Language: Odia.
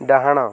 ଡାହାଣ